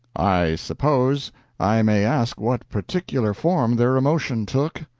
i suppose i may ask what particular form their emotion took.